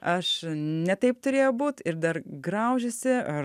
aš ne taip turėjo būt ir dar graužiasi ar